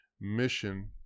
mission